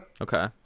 okay